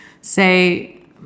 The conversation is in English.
say